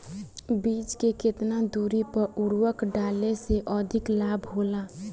बीज के केतना दूरी पर उर्वरक डाले से अधिक लाभ होला?